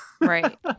Right